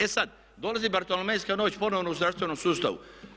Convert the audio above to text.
E sada, dolazi bartolomejska noć ponovno u zdravstvenom sustavu.